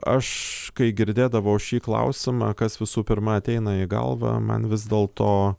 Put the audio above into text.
aš kai girdėdavau šį klausimą kas visų pirma ateina į galvą man vis dėl to